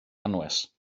anwes